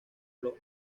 los